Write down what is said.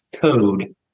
code